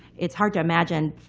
it's hard to imagine,